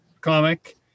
comic